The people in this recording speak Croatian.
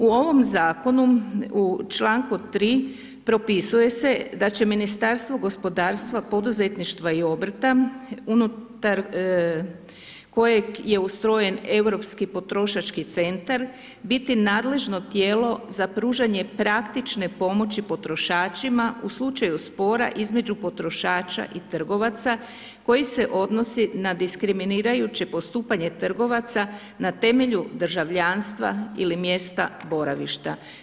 U ovom zakonu u čl. 3 propisuje se da će Ministarstvo gospodarstva, poduzetništva i obrta unutar kojeg je ustrojen Europski potrošački centar biti nadležno tijelo za pružanje praktične pomoći potrošačima u slučaju spora između potrošača i trgovaca koji se odnosi na diskriminirajuće postupanje trgovaca na temelju državljanstva ili mjesta boravišta.